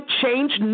change